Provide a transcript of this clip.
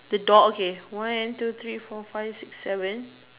the door okay one two three four five six seven